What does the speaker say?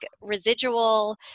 residual